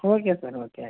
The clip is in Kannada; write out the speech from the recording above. ಓಕೆ ಸರ್ ಓಕೆ ಆಯ್ತು